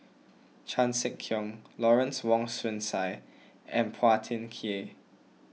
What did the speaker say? Chan Sek Keong Lawrence Wong Shyun Tsai and Phua Thin Kiay